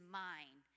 mind